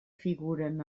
figuren